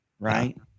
right